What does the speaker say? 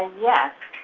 yes.